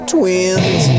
Twins